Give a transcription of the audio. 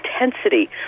intensity